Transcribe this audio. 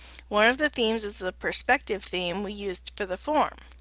one of the themes is the perspective theme we used for the form.